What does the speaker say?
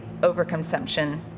overconsumption